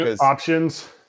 Options